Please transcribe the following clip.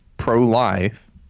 pro-life